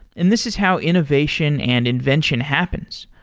and this is how innovation and invention happens.